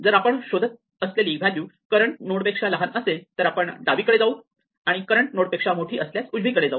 जर आपण शोधत असलेली व्हॅल्यू करंट नोडपेक्षा लहान असेल तर आपण डावीकडे जाऊ आणि करंट नोडपेक्षा मोठी असल्यास उजवीकडे जाऊ